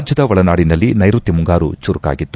ರಾಜ್ಯದ ಒಳನಾಡಿನಲ್ಲಿ ನೈರುತ್ತ ಮುಂಗಾರು ಚುರುಕಾಗಿತ್ತು